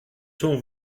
sont